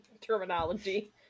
terminology